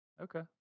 Okay